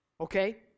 Okay